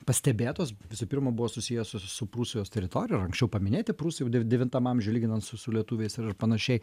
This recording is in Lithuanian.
pastebėtos visų pirma buvo susiję su su prūsijos teritorija ir anksčiau paminėti prūsai jau dev devintam amžiuj lyginant su su lietuviais ir ir panašiai